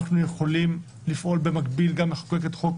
אנחנו יכולים במקביל גם לחוקק את חוק